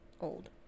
old